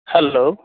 hello